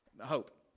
hope